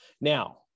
now